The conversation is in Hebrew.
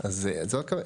אז זו הכווה.